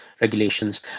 regulations